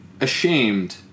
ashamed